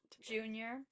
Junior